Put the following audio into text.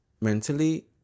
mentally